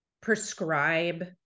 prescribe